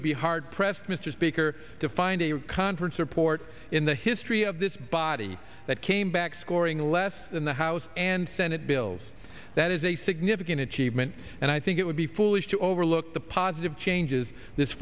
would be hard pressed mr speaker to find a conference report in the history of this body that came back scoring less than the house and senate bills that is a significant achievement and i think it would be foolish to overlook the positive changes this